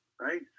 right